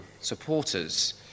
supporters